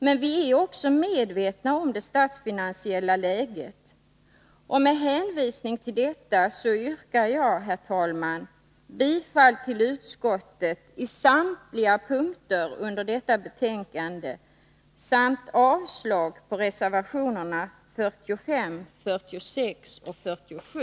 Men vi är också medvetna om det statsfinansiella läget, och med hänvisning till detta yrkar jag, herr talman, bifall till utskottets hemställan på samtliga punkter i detta betänkande samt avslag på reservationerna 45, 46 och 47.